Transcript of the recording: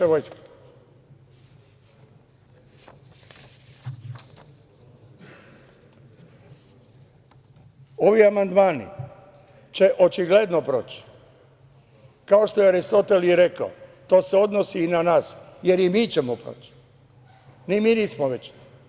Ovi amandmani će očigledno proći, kao što je Aristotel i rekao, to se odnosi i na nas, jer i mi ćemo proći, ni mi nismo večni.